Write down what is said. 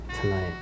tonight